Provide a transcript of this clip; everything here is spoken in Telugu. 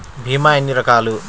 భీమ ఎన్ని రకాలు?